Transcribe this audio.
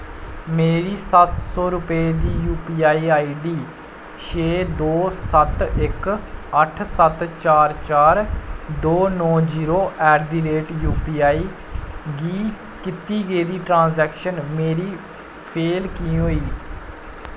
मेरी सत्त सौ रपे दी यूपीआई आईडी छे दो सत्त इक अट्ठ सत्त चार चार दो नौ जीरो ऐट दी रेट युपीआई गी कीती गेदी ट्रांजैक्शन मेरी फेल होई